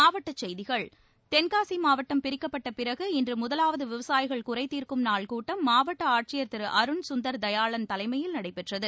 மாவட்டச்செய்திகள் தென்காசி மாவட்டம் பிரிக்கப்பட்ட பிறகு இன்று முதலாவது விவசாயிகள் குறைதிர்க்கும் நாள் கூட்டம் மாவட்ட ஆட்சியர் திரு அருண் சுந்தர் தயாளன் தலைமையில் நடைபெற்றது